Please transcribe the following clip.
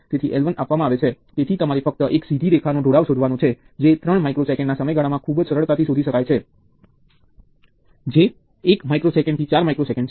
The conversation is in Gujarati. મુદ્દો ફરીથી એ છે કે દરેક નોડમાં બે તત્વો જોડાયેલા હશે અને તેની સાથે કશું જ કનેક્ટેડ નથી